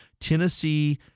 Tennessee